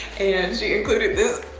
and she included this,